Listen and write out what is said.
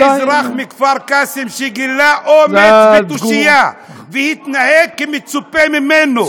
היה אזרח מכפר-קאסם שגילה אומץ ותושייה והתנהג כמצופה ממנו.